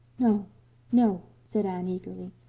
no no, said anne eagerly.